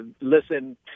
Listen